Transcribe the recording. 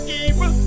evil